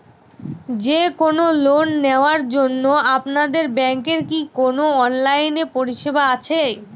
যে কোন লোন নেওয়ার জন্য আপনাদের ব্যাঙ্কের কি কোন অনলাইনে পরিষেবা আছে?